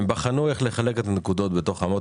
הם בחנו איך לחלק את הנקודות בתוך אמות